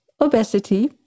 obesity